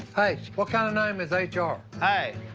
hey, what kind of name is h r? hey,